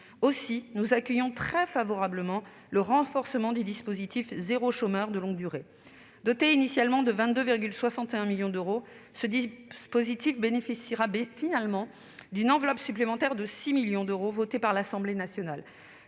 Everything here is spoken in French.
Aussi accueillons-nous très favorablement le renforcement du dispositif « territoires zéro chômeur de longue durée ». Doté initialement de 22,61 millions d'euros, il bénéficiera finalement d'une enveloppe supplémentaire de 6 millions d'euros votée par l'Assemblée nationale.